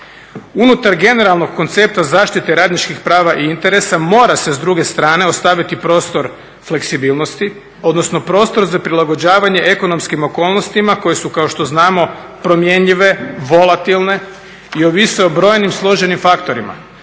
Unutar generalnog koncepta zaštite radničkih prava i interesa, mora se s druge strane ostaviti prostor fleksibilnosti, odnosno prostor za prilagođavanje ekonomskim okolnostima koje su kao što znamo promjenjive, volatilne i ovise o brojnim složenim faktorima